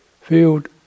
Field